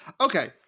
Okay